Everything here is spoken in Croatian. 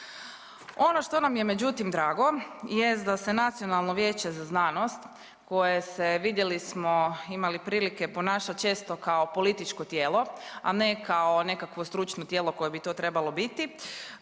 Ono što nam je međutim drago jest da se Nacionalno vijeće za znanost koje se vidjeli smo imali prilike ponaša često kao političko tijelo, a ne kao nekakvo stručno tijelo koje bi to trebalo biti